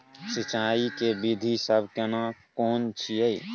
सिंचाई के विधी सब केना कोन छिये?